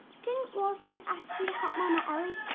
didn't walter ask you to help mama ellie?